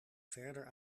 verder